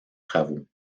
travaux